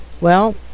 Well